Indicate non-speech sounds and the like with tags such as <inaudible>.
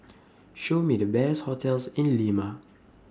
<noise> Show Me The Best hotels <noise> in Lima